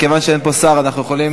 כיוון שאין פה שר אנחנו יכולים